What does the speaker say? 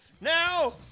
now